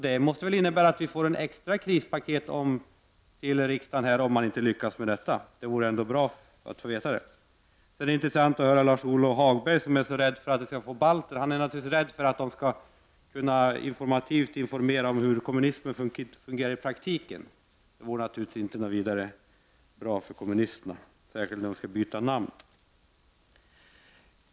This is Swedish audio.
Det måste väl innebära att vi får ett extra krispaket till riksdagen om man inte lyckas med detta? Det vore bra att få veta det. Det är intressant att Lars-Ove Hagberg är så rädd för att vi skall få hit balter. Han är naturligtvis rädd för att de skall kunna berätta informativt om hur kommunismen fungerar i praktiken. Det vore naturligtvis inte något vidare bra för kommunisterna, särskilt inte nu när de skall byta namn.